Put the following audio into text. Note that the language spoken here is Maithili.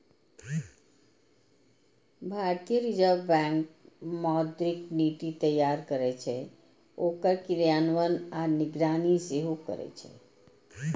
भारतीय रिजर्व बैंक मौद्रिक नीति तैयार करै छै, ओकर क्रियान्वयन आ निगरानी सेहो करै छै